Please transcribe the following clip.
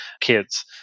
kids